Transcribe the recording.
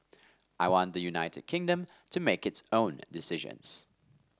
i want the United Kingdom to make its own decisions